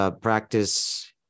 practice